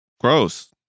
gross